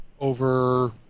over